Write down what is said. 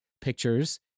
pictures